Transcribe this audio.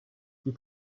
die